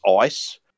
Ice